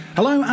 Hello